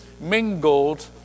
mingled